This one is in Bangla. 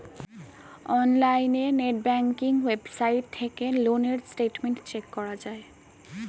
অনলাইনে নেট ব্যাঙ্কিং ওয়েবসাইট থেকে লোন এর স্টেটমেন্ট চেক করা যায়